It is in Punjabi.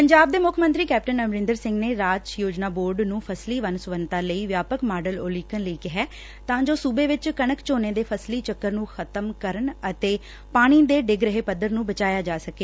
ਪੰਜਾਬ ਦੇ ਮੁੱਖ ਮੰਤਰੀ ਕੈਪਟਨ ਅਮਰੰਦਰ ਸਿੰਘ ਨੇ ਰਾਜ ਯੋਜਨਾ ਬੋਰਡ ਨੰ ਫਸਲੀ ਵੰਨ ਸੁਵੰਨਤਾ ਲਈ ਵਿਆਪਕ ਮਾਡਲ ਉਲੀਕਣ ਲਈ ਕਿਹੈ ਤਾ ਜੋ ਸੁਬੇ ਚ ਕਣਕ ਝੋਨੇ ਦੇ ਫਸਲੀ ਚੱਕਰ ਨੂੰ ਖਤਮ ਕਰਨ ਅਤੇ ਪਾਣੀ ਦੇ ਡਿੱਗ ਰਹੇ ਪੱਧਰ ਨੂੰ ਬਚਾਇਆ ਜਾ ਸਕੇ